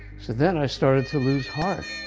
so then i started to lose heart.